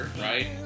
right